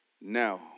Now